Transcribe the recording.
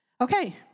Okay